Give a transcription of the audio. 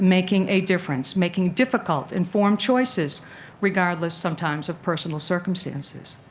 making a difference, making difficult, informed choices regardless sometimes of personal circumstances.